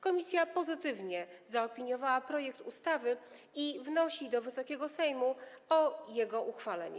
Komisja pozytywnie zaopiniowała projekt ustawy i wnosi do Wysokiego Sejmu o jego uchwalenie.